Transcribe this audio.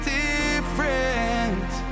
different